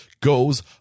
goes